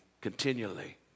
continually